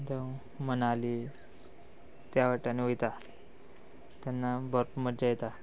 जावं मनाली त्या वाट्यान वयता तेन्ना भरपूर मजा येता